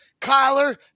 Kyler